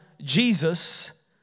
Jesus